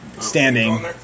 standing